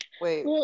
wait